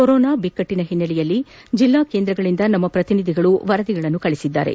corona ಬಿಕ್ಕಟ್ಟನ ಹಿನ್ನೆಲೆಯಲ್ಲಿ ಜಿಲ್ಲಾ ಕೇಂದ್ರಗಳಿಂದ ನಮ್ಮ ಪ್ರತಿನಿಧಿಗಳು ವರದಿ ಕಳಿಸಿದ್ದಾರೆ